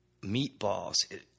meatballs